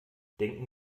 denken